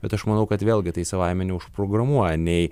bet aš manau kad vėlgi tai savaime neužprogramuoja nei